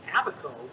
Abaco